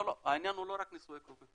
לא, לא, העניין הוא לא רק נישואי קרובים.